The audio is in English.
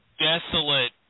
desolate